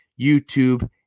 YouTube